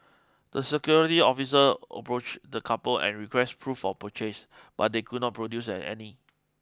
the security officer approached the couple and requested proof of purchase but they could not produce any